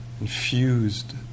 infused